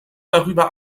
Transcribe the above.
darüber